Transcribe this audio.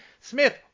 Smith